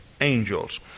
angels